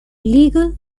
legal